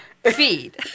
Feed